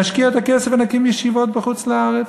נשקיע את הכסף ונקים ישיבות בחוץ-לארץ,